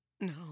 No